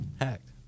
hacked